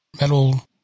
metal